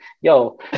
yo